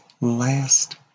last